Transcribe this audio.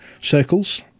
circles